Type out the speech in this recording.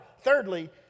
thirdly